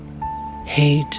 Hate